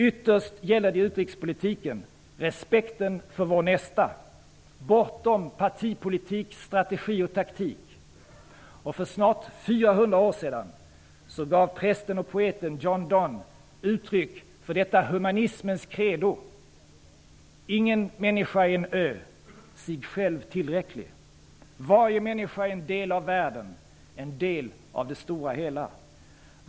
Ytterst gäller det i utrikespolitiken respekten för vår nästa, bortom partipolitik, taktik och strategi. För snart 400 år sedan gav prästen och poeten John Donne uttryck för detta humanismens credo: ''Ingen människa är en ö, sig själv tillräcklig; varje människa är en del av världen, en del av det stora hela.